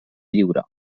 lliure